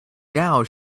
gal